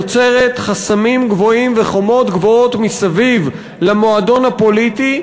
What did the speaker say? יוצרת חסמים גבוהים וחומות גבוהות מסביב למועדון הפוליטי,